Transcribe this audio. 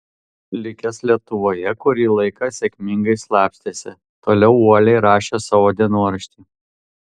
likęs lietuvoje kurį laiką sėkmingai slapstėsi toliau uoliai rašė savo dienoraštį